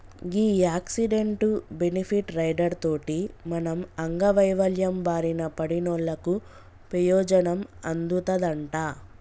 గీ accident, benefit rider తోటి మనం అంగవైవల్యం బారిన పడినోళ్ళకు పెయోజనం అందుతదంట